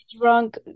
drunk